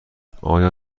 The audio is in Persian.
آیا